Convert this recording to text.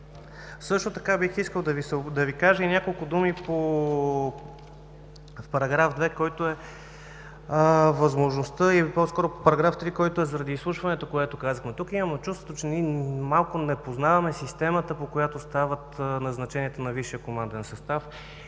Също така бих искал да Ви кажа и няколко думи по § 2, или по-скоро § 3, който е заради изслушването, за което казахме. Тук имам чувството, че ние малко не познаваме системата, по която стават назначенията на висшия команден състав